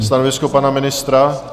Stanovisko pana ministra?